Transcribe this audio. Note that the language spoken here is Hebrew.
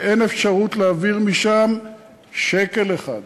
שאין אפשרות להעביר משם שקל אחד,